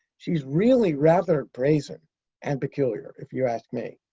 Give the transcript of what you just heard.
she's really rather brazen and peculiar, if you ask me.